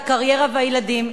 הקריירה והילדים.